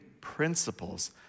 principles